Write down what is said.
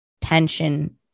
tension